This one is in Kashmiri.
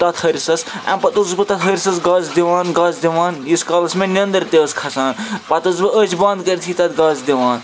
تَتھ ہرِسَس اَمہِ پَتہٕ اوسُس بہٕ تَتھ ہرسَس گس دِوان گس دِوان ییٖتِس کالَس مےٚ نیٚنٛدٕر تہِ ٲس کھَسان پَتہٕ ٲس بہٕ أچھ بنٛد کٔرِتھٕے تَتھ گس دِوان